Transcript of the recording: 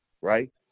right